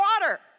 water